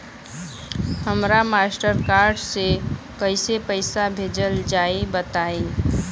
हमरा Mastercard से कइसे पईसा भेजल जाई बताई?